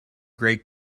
great